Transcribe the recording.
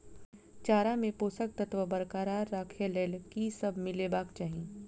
चारा मे पोसक तत्व बरकरार राखै लेल की सब मिलेबाक चाहि?